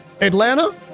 Atlanta